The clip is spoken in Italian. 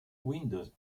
windows